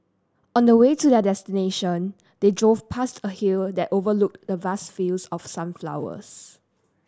on the way to their destination they drove past a hill that overlooked the vast fields of sunflowers